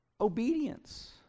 obedience